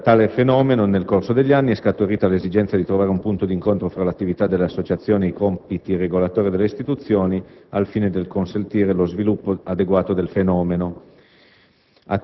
Da tale fenomeno, nel corso degli anni, è scaturita l'esigenza di trovare un punto di incontro tra le attività delle associazioni e i compiti regolatori delle istituzioni al fine di consentire uno sviluppo adeguato del fenomeno.